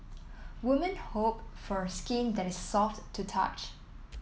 woman hope for skin that is soft to touch